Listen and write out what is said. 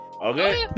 okay